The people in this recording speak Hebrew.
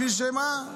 בשביל שמה?